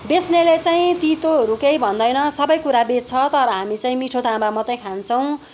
बेच्नेहरूले चाहिँ तितोहरू केही भन्दैन सबै कुरा बेच्छ तर हामी चाहिँ मिठो तामा मात्रै खान्छौँ